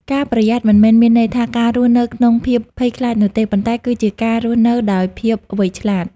ការប្រយ័ត្នមិនមែនមានន័យថាការរស់នៅក្នុងភាពភ័យខ្លាចនោះទេ ប៉ុន្តែគឺជាការរស់នៅដោយភាពវៃឆ្លាត។